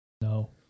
No